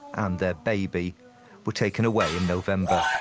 and their baby were taken away in november.